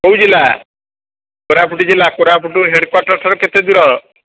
କୋଉ ଜିଲ୍ଲା କୋରାପୁଟ ଜିଲ୍ଲା କୋରାପୁଟ ହେଡ୍ କ୍ୱାଟର୍ ଠାରୁ କେତେ ଦୂର